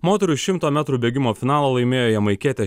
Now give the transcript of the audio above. moterų šimto metrų bėgimo finalą laimėjo jamaikietė